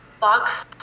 Box